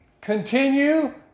continue